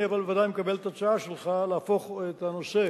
אבל אני בוודאי מקבל את ההצעה שלך להפוך את הנושא